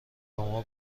شما